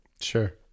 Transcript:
Sure